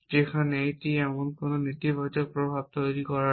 সেখানে এটি এমন কোনো নেতিবাচক প্রভাব তৈরি করে না